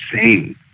insane